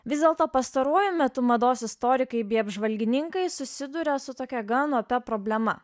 vis dėlto pastaruoju metu mados istorikai bei apžvalgininkai susiduria su tokia gan opia problema